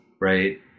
right